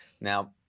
Now